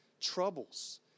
troubles